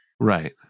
Right